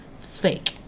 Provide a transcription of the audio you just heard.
fake